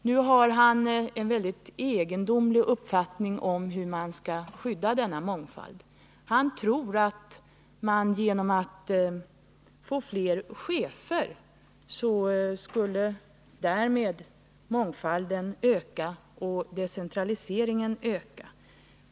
Nu har han en väldigt egendomlig uppfattning om hur man skall skydda denna mångfald. Han tror att med fler chefer skulle mångfalden och decentraliseringen öka.